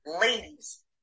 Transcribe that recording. ladies